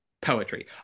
poetry